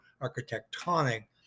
architectonic